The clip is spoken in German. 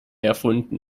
erfunden